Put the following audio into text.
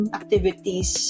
activities